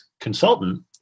consultant